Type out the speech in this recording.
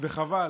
וחבל,